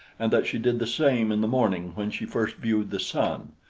and that she did the same in the morning when she first viewed the sun.